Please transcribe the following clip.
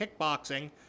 kickboxing